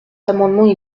amendements